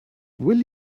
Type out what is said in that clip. will